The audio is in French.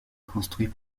construits